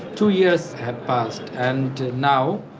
two years have passed and now.